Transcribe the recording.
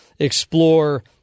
explore